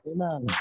Amen।